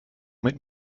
mit